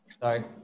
sorry